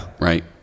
Right